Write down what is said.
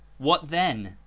what then?